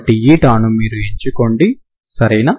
కాబట్టి η ను మీరు ఎంచుకోండి సరేనా